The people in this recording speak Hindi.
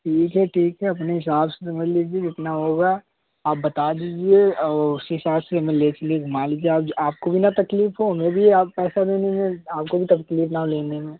ठीक है ठीक है अपने हिसाब से समझ लीजिए जितना होगा आप बता दीजिए और उसी हिसाब से हमें ले ले घुमा लीजिए आप आपको भी ना तकलीफ और हमें भी आप पैसा देने में आपको भी तकलीफ ना हो लेने